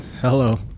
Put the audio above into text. Hello